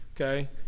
Okay